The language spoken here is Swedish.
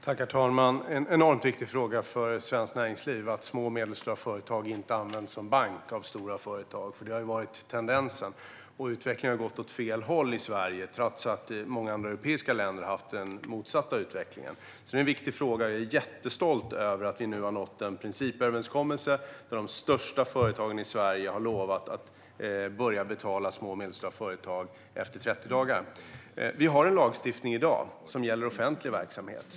Herr talman! Det är en enormt viktig fråga för svenskt näringsliv att små och medelstora företag inte används som bank av stora företag. Det har varit tendensen, och utvecklingen har gått åt fel håll i Sverige trots att många andra europeiska länder har haft den motsatta utvecklingen. Det är en viktig fråga, och jag är jättestolt över att vi nu har nått en principöverenskommelse där de största företagen i Sverige har lovat att börja betala små och medelstora företag efter 30 dagar. Vi har en lagstiftning i dag som gäller offentlig verksamhet.